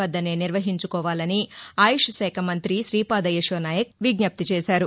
వద్దనే నిర్వహించుకోవాలని ఆయుష్ శాఖ మంతి శ్రీ పాద యశోనాయక్ విజ్ఞప్తి చేశారు